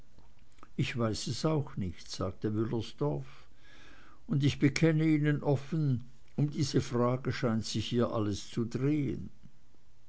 ich weiß es auch nicht sagte wüllersdorf und ich bekenne ihnen offen um diese frage scheint sich hier alles zu drehen